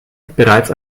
bereits